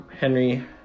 Henry